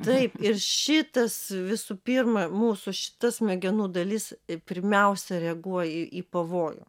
taip ir šitas visų pirma mūsų šita smegenų dalis pirmiausia reaguoja į pavojų